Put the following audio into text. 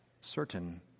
certain